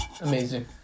amazing